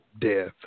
death